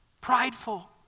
prideful